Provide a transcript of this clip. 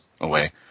away